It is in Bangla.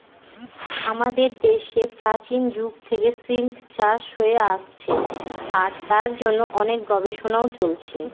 আমাদের দেশে প্রাচীন যুগ থেকে সিল্ক চাষ হয়ে আসছে আর তার জন্য অনেক গবেষণাও চলছে